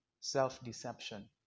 self-deception